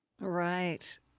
Right